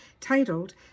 titled